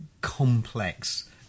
complex